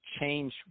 Change